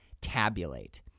tabulate